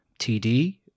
TD